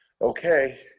okay